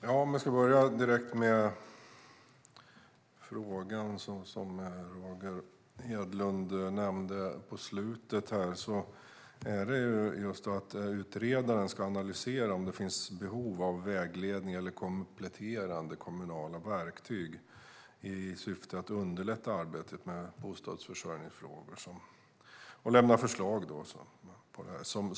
Herr talman! Låt mig börja direkt med den fråga som Roger Hedlund tog upp på slutet. Utredaren ska analysera om det finns behov av vägledning eller kompletterande kommunala verktyg i syfte att underlätta arbetet med bostadsförsörjningsfrågor och lämna förslag på detta område.